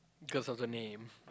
cause of the name